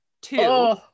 Two